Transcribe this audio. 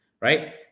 Right